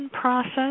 process